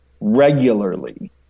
regularly